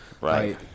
right